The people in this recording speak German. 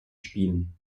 spielen